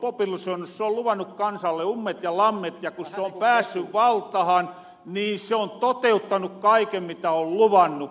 se on luvannut kansalle ummet ja lammet ja kun se on päässyt valtahan niin se on toteuttanut kaiken mitä on luvannut